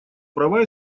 права